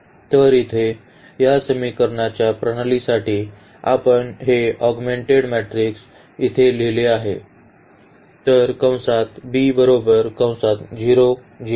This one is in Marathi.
तर इथे या समीकरणाच्या प्रणालीसाठी आपण हे ऑगमेंटेड मॅट्रिक्स इथे लिहिले आहे